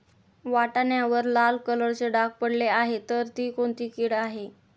वाटाण्यावर लाल कलरचे डाग पडले आहे तर ती कोणती कीड आहे?